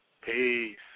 peace